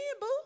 boo